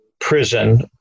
prison